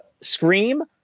Scream